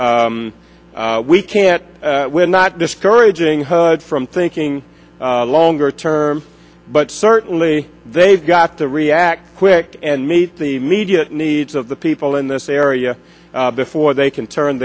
here we can't we're not discouraging heard from thinking longer term but certainly they've got to react quick and meet the media needs of the people in this area before they can turn